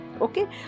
Okay